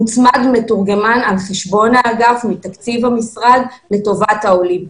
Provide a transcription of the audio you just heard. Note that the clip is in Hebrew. מוצמד מתורגמן על חשבון האגף מתקציב המשרד לטובת העולים.